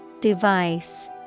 Device